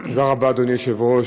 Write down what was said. תודה רבה, אדוני היושב-ראש.